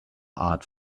art